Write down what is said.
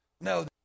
No